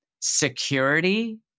security